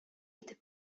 итеп